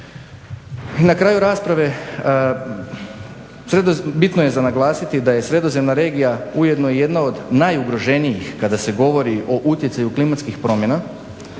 Na kraju rasprave bitno je za naglasiti da je sredozemna regija ujedno i jedna od najugroženijih kada se govori o utjecaju klimatskih promjena.